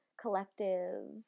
collective